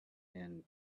and